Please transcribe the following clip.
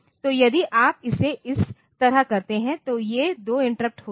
तो यदि आप इसे इस तरह करते हैं तो ये 2 इंटरप्ट होते हैं